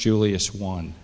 julius one